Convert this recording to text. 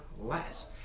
less